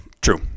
True